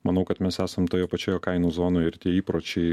manau kad mes esam toje pačioje kainų zonoje ir tie įpročiai